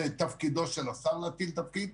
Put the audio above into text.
זה תפקידו של השר להטיל תפקיד,